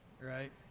Right